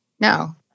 no